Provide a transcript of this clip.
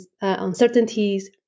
uncertainties